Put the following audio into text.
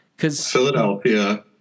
Philadelphia